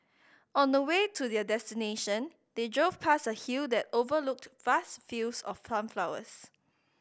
on the way to their destination they drove past a hill that overlooked vast fields of sunflowers